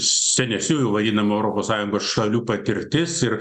senesniųjų vadinamų europos sąjungos šalių patirtis ir